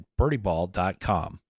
birdieball.com